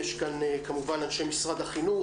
יש כאן כמובן את אנשי משרד החינוך,